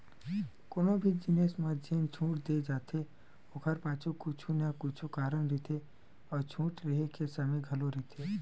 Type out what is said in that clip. कोनो भी जिनिस म जेन छूट दे जाथे ओखर पाछू कुछु न कुछु कारन रहिथे अउ छूट रेहे के समे घलो रहिथे